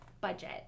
budget